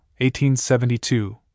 1872